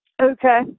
Okay